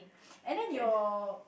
and then your